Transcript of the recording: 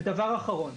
דבר אחרון.